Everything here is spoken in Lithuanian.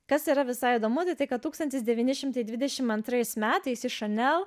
kas yra visai įdomu tai tai kad tūkstantis devyni šimtai dvidešim antrais metais į šanel